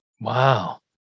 Wow